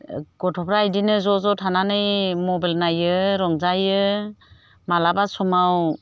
गथ'फ्रा बेदिनो ज' ज' थानानै मबाइल नायो रंजायो माब्लाबा समाव